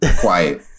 quiet